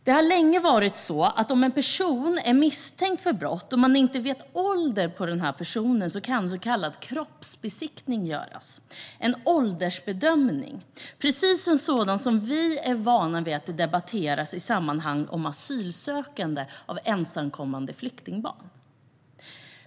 Det har länge varit så att om en person är misstänkt för brott och man inte vet åldern på personen kan en så kallad kroppsbesiktning göras. Det är en åldersbedömning, precis en sådan som vi är vana att se debatteras i sammanhang som rör asylsökande och ensamkommande flyktingbarn.